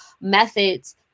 methods